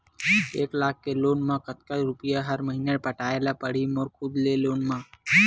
एक लाख के लोन मा कतका रुपिया हर महीना पटाय ला पढ़ही मोर खुद ले लोन मा?